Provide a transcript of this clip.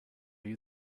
you